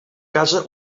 casa